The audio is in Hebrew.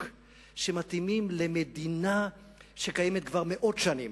שמתאימים למדינה שקיימת כבר מאות שנים.